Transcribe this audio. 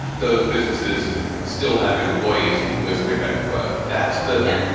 those businesses still have employees who can go straight back to work. that's the yeah,